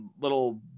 little